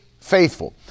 faithful